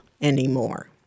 anymore